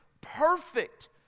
perfect